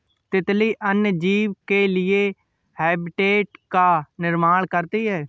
तितली अन्य जीव के लिए हैबिटेट का निर्माण करती है